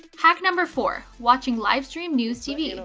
hack number four, watching live stream news tv.